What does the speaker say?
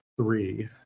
three